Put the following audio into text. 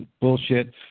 bullshit